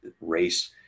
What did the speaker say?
race